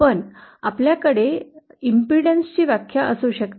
पण आपल्या कडे प्रतिरोध ची व्याख्या असू शकते